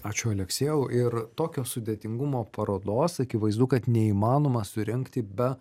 ačiū aleksiejau ir tokio sudėtingumo parodos akivaizdu kad neįmanoma surengti be